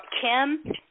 Kim